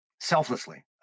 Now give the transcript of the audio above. selflessly